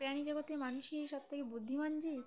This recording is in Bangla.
প্রাণী জগতের মানুষই সবথেকে বুদ্ধিমান জীব